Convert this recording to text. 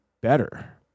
better